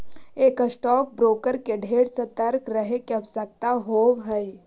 एक stock broker के ढेर सतर्क रहे के आवश्यकता होब हई